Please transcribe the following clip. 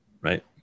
Right